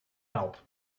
help